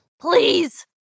Please